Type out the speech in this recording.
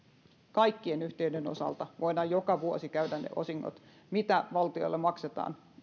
kaikkien yhtiöiden osalta voidaan joka vuosi käydä läpi ne osingot mitä valtiolle maksetaan